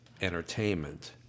entertainment